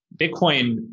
Bitcoin